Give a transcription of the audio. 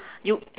you